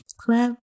club